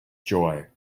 joy